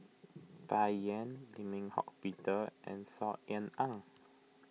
Bai Yan Lim Eng Hock Peter and Saw Ean Ang